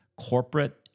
corporate